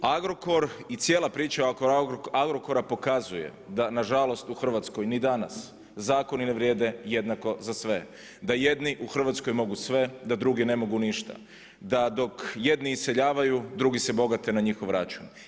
Agrokor i cijela priča oko Agrokora pokazuje da nažalost u Hrvatskoj ni danas zakoni ne vrijede jednako za sve, da jedni u Hrvatskoj mogu sve, da drugi ne mogu ništa, da dok jedni iseljavaju, drugi se bogate na njihov račun.